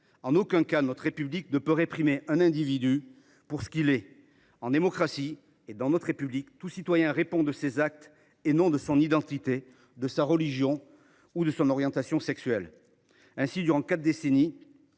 En aucun cas, notre République ne peut réprimer un individu pour ce qu’il est. En démocratie, tout citoyen répond de ses actes et non de son identité, de sa religion ou de son orientation sexuelle. Ainsi, durant quatre décennies,